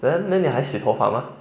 then then 你还洗头发 mah